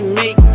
make